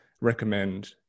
recommend